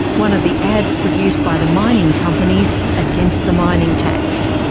one of the ads produced by the mining companies against the mining tax.